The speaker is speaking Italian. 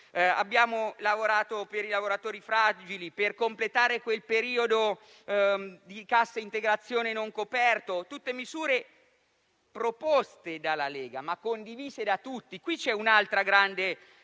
abbiamo lavorato per i lavoratori fragili, per completare quel periodo di cassa integrazione non coperto. Sono tutte misure proposte dalla Lega, ma condivise da tutti e questa è un'altra grande differenza.